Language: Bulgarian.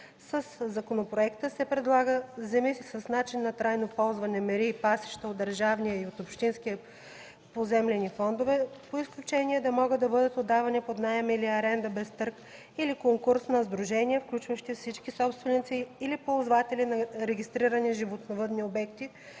Със законопроекта се предлага земи с начин на трайно ползване – мери и пасища от държавния и от общинския поземлени фондове, по изключение да могат да бъдат отдавани под наем или аренда без търг или конкурс на сдружения, включващи всички собственици или ползватели на регистрирани животновъдни обекти,